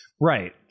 Right